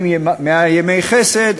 אם 100 ימי חסד,